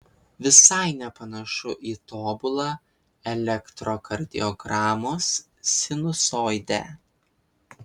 visai nepanašu į tobulą elektrokardiogramos sinusoidę